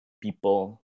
people